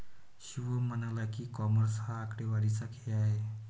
शिवम म्हणाला की, कॉमर्स हा आकडेवारीचा खेळ आहे